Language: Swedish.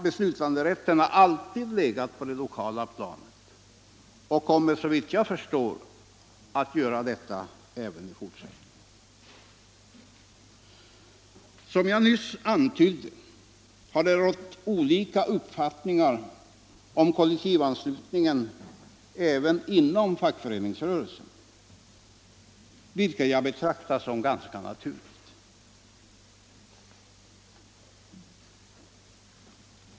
Beslutanderätten har alltid legat på det lokala planet och kommer såvitt jag förstår att göra detta även i fortsättningen. Som jag nyss antydde har det rått olika uppfattningar om kollektivanslutningen även inom fackföreningsrörelsen, vilket jag betraktar som ganska naturligt.